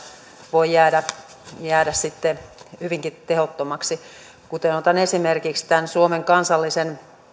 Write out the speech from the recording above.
voi jäädä hyvinkin tehottomaksi otan esimerkiksi tämän suomen kansallisen